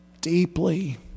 deeply